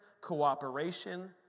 cooperation